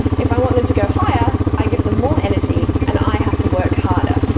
if i want them to go higher i give them more energy and i have to work harder.